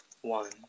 one